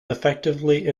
effectively